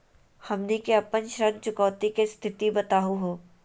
हमनी के अपन ऋण चुकौती के स्थिति बताहु हो?